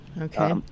Okay